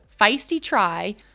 FEISTYTRY